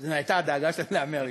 זו הייתה הדאגה שלהם לאמריקה.